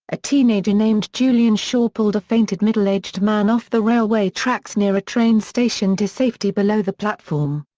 a teenager named julian shaw pulled a fainted middle-aged man off the railway tracks near a train station to safety below the platform.